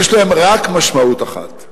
יש להן רק משמעות אחת: